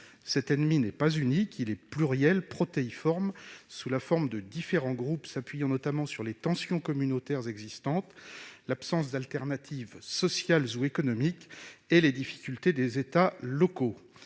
Cet ennemi n'est pas unique, mais pluriel, protéiforme. Il est fait de différents groupes s'appuyant notamment sur les tensions communautaires, l'absence d'alternatives sociales et économiques et les difficultés des États de